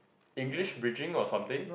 English bridging or something